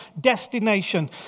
destination